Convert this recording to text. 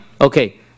Okay